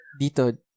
Dito